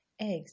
eggs